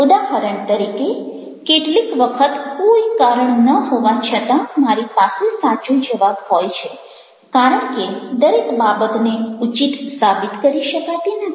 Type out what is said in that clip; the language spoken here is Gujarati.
ઉદાહરણ તરીકે કેટલીક વખત કોઈ કારણ ન હોવા છતાં મારી પાસે સાચો જવાબ હોય છે કારણ કે દરેક બાબતને ઉચિત સાબિત કરી શકાતી નથી